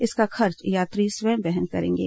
इसका खर्च यात्री स्वयं वहन करेंगे